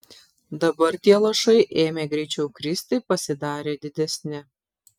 dabar tie lašai ėmė greičiau kristi pasidarė didesni